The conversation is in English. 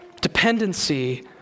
Dependency